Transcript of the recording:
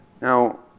Now